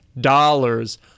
dollars